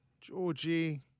Georgie